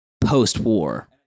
post-war